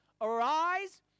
arise